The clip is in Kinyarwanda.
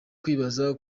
kwibaza